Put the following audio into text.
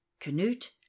Canute